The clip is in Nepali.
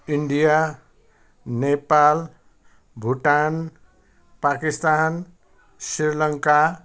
इन्डिया नेपाल भुटान पाकिस्तान श्रीलङ्का